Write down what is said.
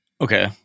Okay